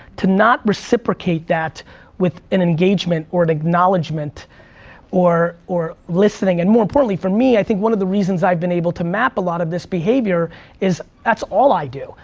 to not reciprocate that with an engagement or an acknowledgement or or listening and more importantly for me, i think one of the reasons i've been able to map a lot of this behavior is, that's all i do.